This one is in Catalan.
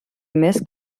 més